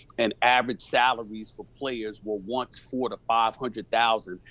and average salaries for players were once four to five hundred thousand,